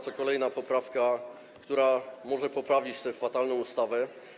To kolejna poprawka, która może poprawić tę fatalną ustawę.